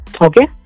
okay